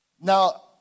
Now